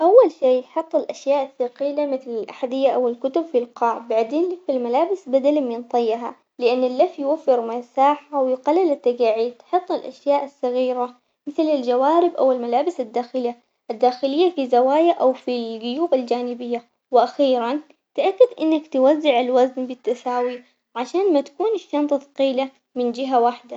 أول شي حط الأشياء الثقيلة مثل الأحذية أو الكتب في القاع، بعدين لف الملابس بدلاً من طيها لأن اللف يوفر مساحة ويقلل التجاعيد، حط الأشياء الصغيرة مثل الجوارب أو الملابس الداخلة الداخلية في زوايا أو في الجيوب الجانبية، وأخيراً تأكد إنك توزع الوزن بالتساوي عشان ما تكونش الشنطة ثقيلة من جهة وحدة.